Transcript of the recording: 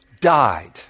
died